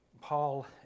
Paul